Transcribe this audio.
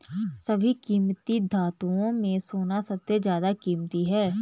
सभी कीमती धातुओं में सोना सबसे ज्यादा कीमती है